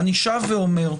אני שב ואומר,